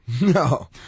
No